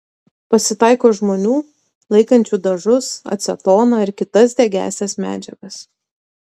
pasitaiko žmonių laikančių dažus acetoną ir kitas degiąsias medžiagas